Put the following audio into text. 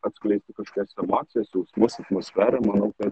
atskleisti kažkokias emocijas jausmus atmosferą manau kad